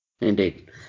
Indeed